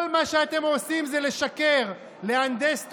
כל מה שאתם עושים זה לשקר, להנדס תודעה,